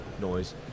noise